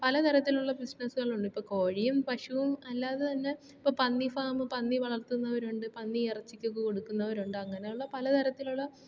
പല തരത്തിലുള്ള ബിസിനസ്സുകളുണ്ട് ഇപ്പോൾ കോഴിയും പശുവും അല്ലാതെ തന്നെ ഇപ്പോൾ പന്നി ഫാം പന്നി വളർത്തുന്നവരുണ്ട് പന്നിയിറച്ചിക്കൊക്കെ കൊടുക്കുന്നവരുണ്ട് അങ്ങനെയുള്ള പലതരത്തിലുള്ള